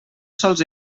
sols